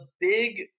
big